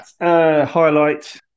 highlight